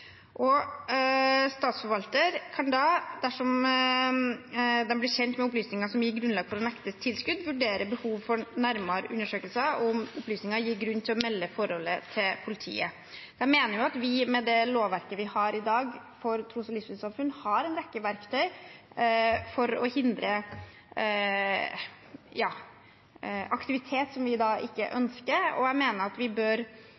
kan da, dersom de blir kjent med opplysninger som gir grunnlag for å nekte tilskudd, vurdere behovet for nærmere undersøkelser og om opplysningene gir grunn til å melde forholdet til politiet. Jeg mener at vi med det lovverket vi har for tros- og livssynssamfunn i dag, har en rekke verktøy for å hindre aktivitet som vi ikke ønsker, og jeg mener vi bør